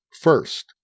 First